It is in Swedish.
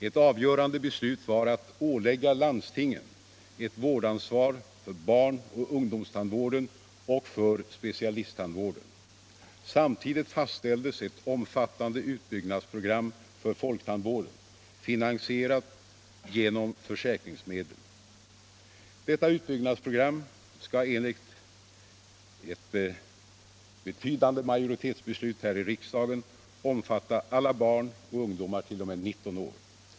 Ett avgörande beslut var att ålägga landstingen ett vårdansvar för barnoch ungdomstandvården och för specialisttandvården. Samtidigt fastställdes ett omfattande utbyggnadsprogram för folktandvården, finansierat genom försäkringsmedel. Detta utbyggnadsprogram skall enligt ett betydande muajoritetsbeslut här i riksdagen omfatta alla barn och ungdomar t.o.m. 19 år.